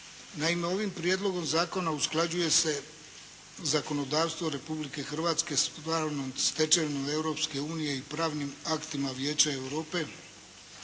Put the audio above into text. Naime, ovim prijedlogom zakona usklađuje se zakonodavstvo Republike Hrvatske sa pravnom stečevinom Europske unije i pravnim aktima Vijeća Europe.